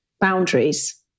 boundaries